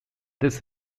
this